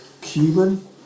Cuban